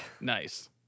Nice